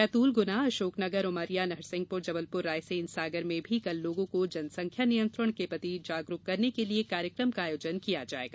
बैतूल ग्ना अशोकनगर उमरिया नरसिंहपुर जबलपुर रायसेन सागर में भी कल लोगों को जनसंख्या नियंत्रण के प्रति जागरुक करने के लिए कार्यक्रम का आयोजन किया जायेगा